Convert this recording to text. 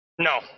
No